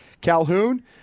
Calhoun